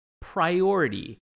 priority